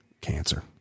cancer